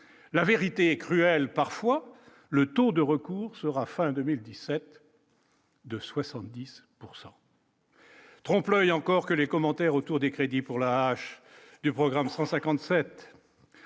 la vérité cruelle parfois le taux de recours sera fin 2017. De 70 pourcent. Tromperie encore que les commentaires autour des crédits pour la hache du programme 157